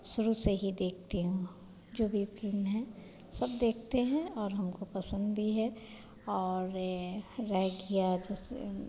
शुरू से ही देखती हूँ जो भी फ़िल्म हैं सब देखते हैं और हमको पसन्द भी है और यह रह गया